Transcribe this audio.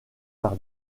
par